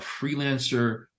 freelancer